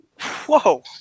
Whoa